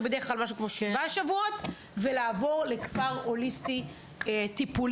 זה בדרך כלל משהו כמו שבעה שבועות ולעבור לכפר הוליסטי טיפולי,